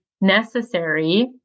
necessary